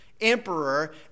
emperor